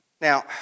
Now